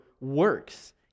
works